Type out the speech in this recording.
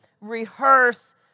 rehearse